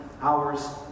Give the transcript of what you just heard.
hours